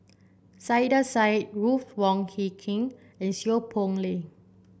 Saiedah Said Ruth Wong Hie King and Seow Poh Leng